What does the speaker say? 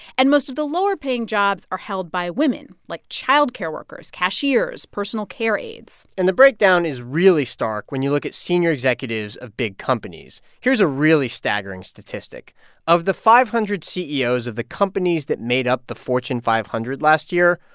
and most of the lower-paying jobs are held by women like child care workers, cashiers, personal care aides and the breakdown is really stark when you look at senior executives of big companies. here's a really staggering statistic of the five hundred ceos of the companies that made up the fortune five hundred last year,